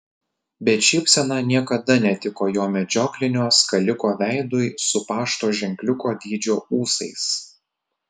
bet šypsena niekada netiko jo medžioklinio skaliko veidui su pašto ženkliuko dydžio ūsais